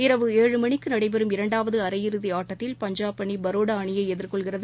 இரவு ஏழு மணிக்குநடைபெறும் இரண்டாவதுஅரையிறுதிஆட்டத்தில் பஞ்சாப் அணி பரோடாஅணியைஎதிர்கொள்கிறது